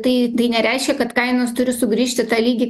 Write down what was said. tai tai nereiškia kad kainos turi sugrįžt į tą lygį